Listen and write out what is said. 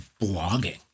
blogging